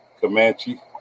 Comanche